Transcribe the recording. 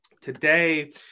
today